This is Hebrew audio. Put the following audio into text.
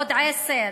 עוד עשר,